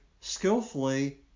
skillfully